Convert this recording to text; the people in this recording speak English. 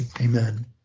Amen